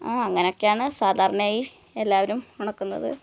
ആ അങ്ങനെയൊക്കെയാണ് സാധാരണയായി എല്ലാവരും ഉണക്കുന്നത്